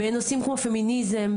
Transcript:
בנושאים כמו פמיניזם,